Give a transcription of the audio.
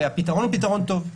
והפתרון הוא פתרון טוב.